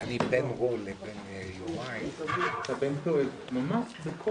אני אומר את דבריי בקצרה,